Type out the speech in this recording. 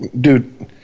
dude